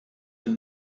are